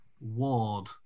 Ward